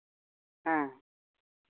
ᱦᱮᱸ